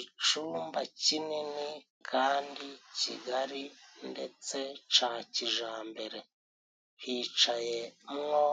Icumba kinini kandi kigari ndetse ca kijambere. Hicayemwo